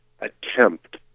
attempt